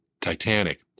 Titanic